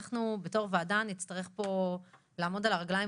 אנחנו בתור וועדה נצטרך לעמוד על הרגליים